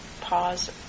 pause